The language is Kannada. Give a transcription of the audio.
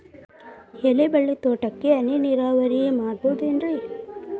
ಎಲೆಬಳ್ಳಿ ತೋಟಕ್ಕೆ ಹನಿ ನೇರಾವರಿ ಮಾಡಬಹುದೇನ್ ರಿ?